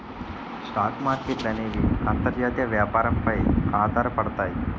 stock మార్కెట్ల అనేవి అంతర్జాతీయ వ్యాపారం పై ఆధారపడతాయి